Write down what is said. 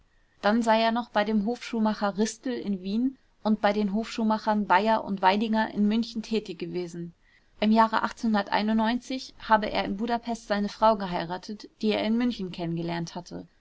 dann sei er noch bei dem hofschuhmacher ristel in wien und bei den hofschuhmachern bayer und weidinger in münchen tätig gewesen im jahre habe er in budapest seine frau geheiratet die er in münchen kennengelernt hatte